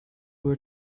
were